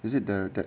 is it the